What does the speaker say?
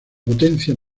potencia